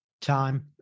time